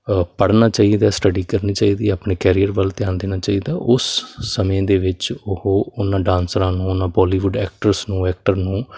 ਪੜ੍ਹਨਾ ਚਾਹੀਦਾ ਸਟੱਡੀ ਕਰਨੀ ਚਾਹੀਦੀ ਹੈ ਆਪਣੇ ਕੈਰੀਅਰ ਵੱਲ ਧਿਆਨ ਦੇਣਾ ਚਾਹੀਦਾ ਉਸ ਸਮੇਂ ਦੇ ਵਿੱਚ ਉਹ ਉਹਨਾਂ ਡਾਂਸਰਾਂ ਨੂੰ ਉਹਨਾਂ ਬੋਲੀਵੁੱਡ ਐਕਟਰਸ ਨੂੰ ਐਕਟਰ ਨੂੰ